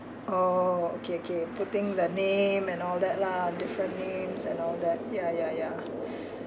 oh okay okay putting the name and all that lah different names and all that ya ya ya